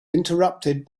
interrupted